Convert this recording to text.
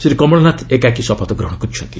ଶ୍ରୀ କମଳନାଥ ଏକାକୀ ଶପଥ ଗ୍ରହଣ କରିଛନ୍ତି